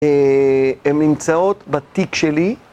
הן נמצאות בתיק שלי